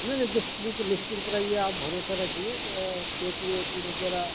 नहीं नहीं बिल्कुल निश्चिंत रहिए आप भरोसा रखिए पेकिंग वेकिंग वगैरह